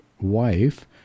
wife